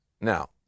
Now